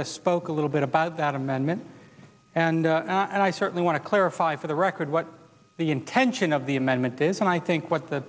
just spoke a little bit about that amendment and i certainly want to clarify for the record what the intention of the amendment is and i think what that